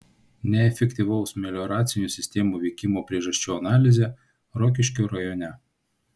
neefektyvaus melioracinių sistemų veikimo priežasčių analizė rokiškio rajone